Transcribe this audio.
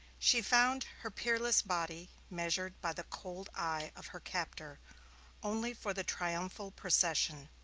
she found her peerless body measured by the cold eye of her captor only for the triumphal procession,